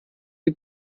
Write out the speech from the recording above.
wie